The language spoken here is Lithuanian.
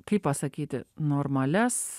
kaip pasakyti normalias